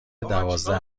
دوازده